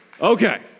Okay